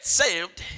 saved